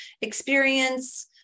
experience